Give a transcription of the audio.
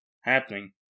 happening